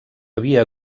havia